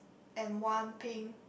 and one pink